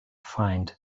find